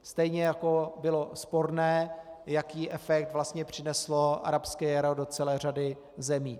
Stejně jako bylo sporné, jaký efekt vlastně přineslo arabské jaro do celé řady zemí.